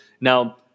now